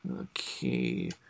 Okay